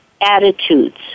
attitudes